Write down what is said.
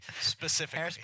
specifically